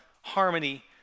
harmony